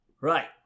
Right